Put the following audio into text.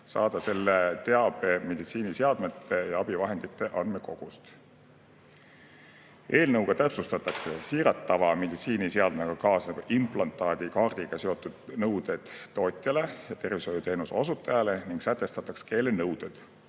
saada selle teabe meditsiiniseadmete ja abivahendite andmekogust. Eelnõuga täpsustatakse siiratava meditsiiniseadmega kaasneva implantaadi kaardiga seotud nõudeid tootjale ja tervishoiuteenuse osutajale ning sätestatakse keelenõuded.